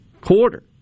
quarter